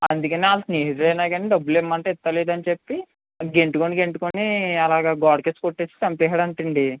అందుకని వాళ్ళ స్నేహితుడు అయినా కానీ డబ్బులు ఇమ్మంటే ఇవ్వట్లేదని చెప్పి గెంటుకుని గెంటుకుని అలాగ గోడకేసి కొట్టేసి చంపేసాడంటండి